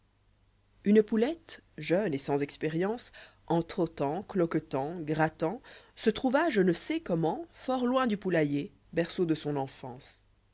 ne poulette jeune et saris expérience en trottant cloquetànt gi attant se trouva je ne sais comment fort loin du poulailler berceau de son enfance